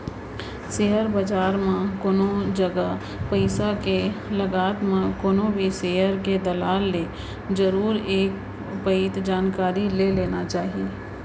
share बजार म कोनो जगा पइसा के लगात म कोनो भी सेयर के दलाल ले जरुर एक पइत जानकारी ले लेना चाही